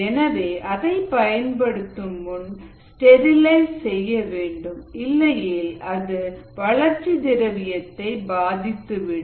எனவே அதை பயன்படுத்தும் முன் ஸ்டெரிலைஸ் செய்ய வேண்டும் இல்லையேல் அது வளர்ச்சி திரவியத்தை பாதித்துவிடும்